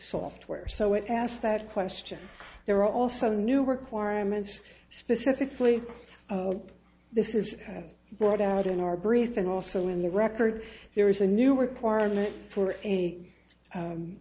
software so it asked that question there were also new requirements specifically this is kind of brought out in our briefing also in the record there is a new requirement for a